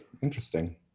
Interesting